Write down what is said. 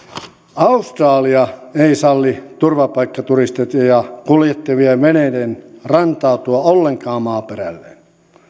australia ei salli turvapaikkaturisteja kuljettavien veneiden rantautua ollenkaan maaperälleen